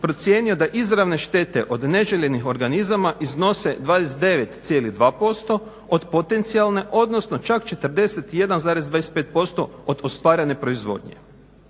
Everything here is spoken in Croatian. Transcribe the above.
procijenio da izravne štete od neželjenih organizama iznose 29,2% od potencijalne odnosno čak 41,25% od ostvarene proizvodnje.